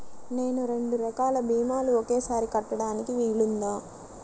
నేను రెండు రకాల భీమాలు ఒకేసారి కట్టడానికి వీలుందా?